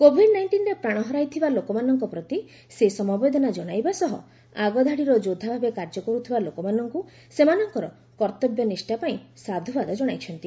Covid ନାଇଷ୍ଟିନ୍ରେ ପ୍ରାଣ ହରାଇଥିବା ଲୋକମାନଙ୍କ ପ୍ରତି ସେ ସମବେଦନା କଣାଇବା ସହ ଆଗଧାଡ଼ିର ଯୋଦ୍ଧା ଭାବେ କାର୍ଯ୍ୟ କରୁଥିବା ଲୋକମାନଙ୍କ ସେମାନଙ୍କର କର୍ତ୍ତବ୍ୟନିଷ୍ଠା ପାଇଁ ସାଧ୍ରବାଦ ଜଣାଇଛନ୍ତି